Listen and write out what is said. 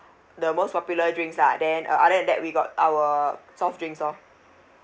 the most popular drinks lah then uh other than that we got our soft drinks lor